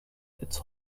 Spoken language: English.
its